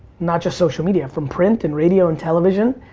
not just social media, from print and radio and television.